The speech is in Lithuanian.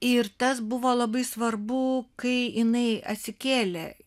ir tas buvo labai svarbu kai jinai atsikėlė